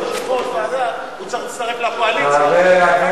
הוא צריך להצטרף לקואליציה, אבל אנחנו,